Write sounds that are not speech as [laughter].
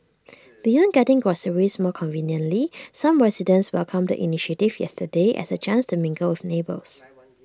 [noise] beyond getting groceries more conveniently some residents welcomed the initiative yesterday as A chance to mingle with neighbours [noise]